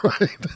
right